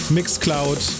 Mixcloud